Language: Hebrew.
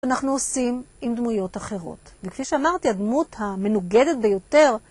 אנחנו עושים עם דמויות אחרות, וכפי שאמרתי, הדמות המנוגדת ביותר